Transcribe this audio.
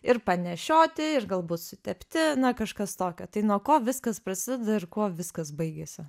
ir panešioti ir galbūt sutepti na kažkas tokio tai nuo ko viskas prasideda ir kuo viskas baigiasi